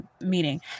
meeting